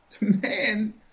Man